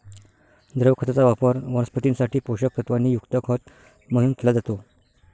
द्रव खताचा वापर वनस्पतीं साठी पोषक तत्वांनी युक्त खत म्हणून केला जातो